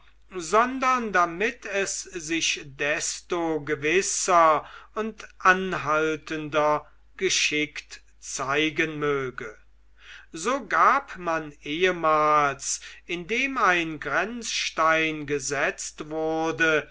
sondern damit es sich desto gewisser und anhaltender geschickt zeigen möge so gab man ehemals indem ein grenzstein gesetzt wurde